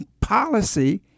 policy